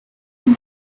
then